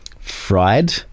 fried